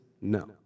no